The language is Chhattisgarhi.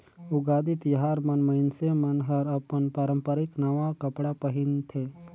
उगादी तिहार मन मइनसे मन हर अपन पारंपरिक नवा कपड़ा पहिनथे